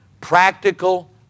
practical